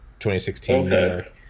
2016